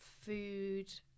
food